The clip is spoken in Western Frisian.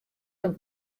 him